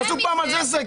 תעשו פעם על זה סקר.